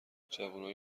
جوونای